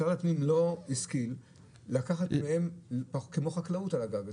משרד הפנים לא השכיל לקחת את זה כמו חקלאות על הגג.